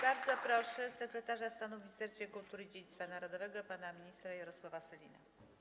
Bardzo proszę sekretarza stanu w Ministerstwie Kultury i Dziedzictwa Narodowego pana ministra Jarosława Sellina.